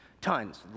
Tons